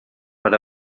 per